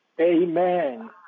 Amen